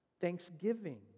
thanksgiving